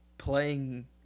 Playing